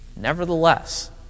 Nevertheless